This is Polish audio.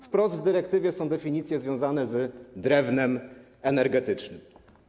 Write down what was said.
Wprost w dyrektywie są definicje związane z drewnem energetycznym.